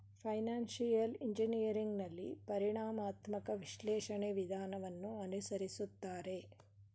financial engineering ನಲ್ಲಿ ಪರಿಣಾಮಾತ್ಮಕ ವಿಶ್ಲೇಷಣೆ ವಿಧಾನವನ್ನು ಅನುಸರಿಸುತ್ತಾರೆ